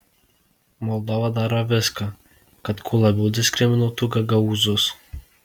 moldova daro viską kad kuo labiau diskriminuotų gagaūzus